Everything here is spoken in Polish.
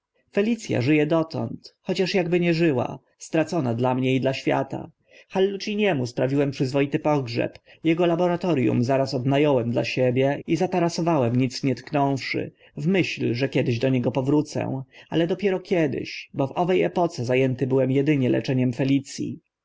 ży e dotąd chociaż akby nie żyła stracona dla mnie i dla świata halluciniemu sprawiłem przyzwoity pogrzeb ego laboratorium zaraz odna ąłem dla siebie i zatarasowałem nic nie tknąwszy w myśl że kiedyś do niego powrócę ale dopiero kiedyś bo w owe epoce za ęty byłem edynie leczeniem felic